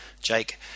Jake